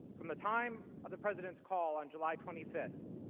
from the time of the president's call on july twenty five.